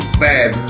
bad